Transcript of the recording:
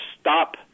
stop